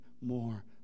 more